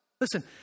Listen